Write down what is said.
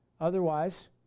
Otherwise